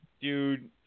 dude